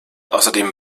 außerdem